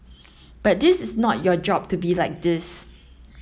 but this is not your job to be like this